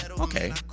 okay